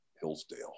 Hillsdale